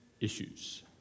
issues